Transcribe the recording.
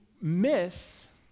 miss